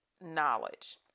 knowledge